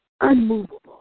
unmovable